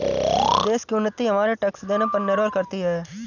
देश की उन्नति हमारे टैक्स देने पर निर्भर करती है